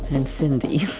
and cindy,